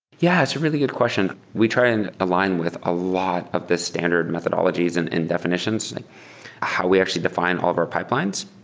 yeah. it's a really good question. we try and align with a lot of the standard methodologies and and defi nitions how we actually defi ne and all of our pipelines.